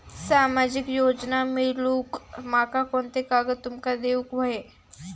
सामाजिक योजना मिलवूक माका कोनते कागद तुमका देऊक व्हये?